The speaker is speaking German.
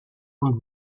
und